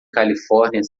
califórnia